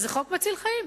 שהוא חוק מציל חיים.